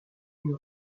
une